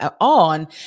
on